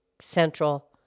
Central